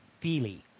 feely